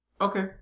Okay